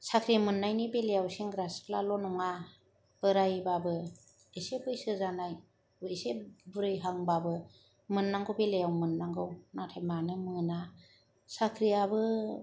साख्रि मोननायनि बेलायाव सेंग्रा सिख्लाल' नङा बोराइब्लाबो एसे बैसो जानाय एसे बुरैहांब्लाबो मोननांगौ बेलायाव मोननांगौ नाथाय मानो मोना